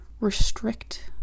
restrict